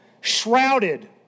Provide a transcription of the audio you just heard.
shrouded